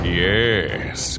yes